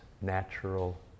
natural